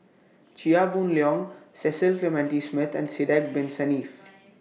Chia Boon Leong Cecil Clementi Smith and Sidek Bin Saniff